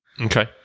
Okay